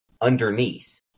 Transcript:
underneath